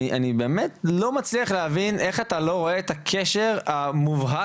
אני באמת לא מצליח להבין איך אתה לא רואה את הקשר המובהק